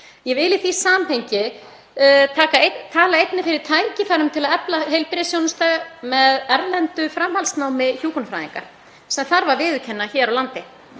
Ég vil í því samhengi einnig tala fyrir tækifærum til að efla heilbrigðisþjónustu með erlendu framhaldsnámi hjúkrunarfræðinga sem þarf að viðurkenna hér á landi.